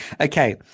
Okay